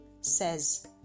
says